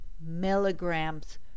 milligrams